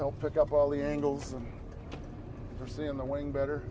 help pick up all the angles to see in the wing better